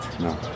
No